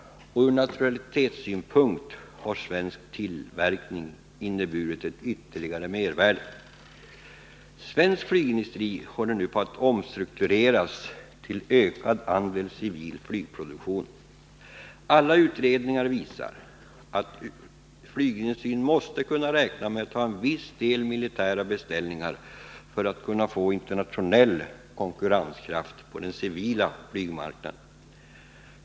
Ur neutralitetssynpunkt har svensk tillverkning inneburit ett ytterligare mervärde. Svensk flygindustri håller nu på att omstruktureras till ökad andel civil flygproduktion. Alla utredningar vi sar att flygindustrin måste kunna räkna med att ha en viss del militära beställningar för att kunna få internationell konkurrenskraft på den civila flygplansmarknaden.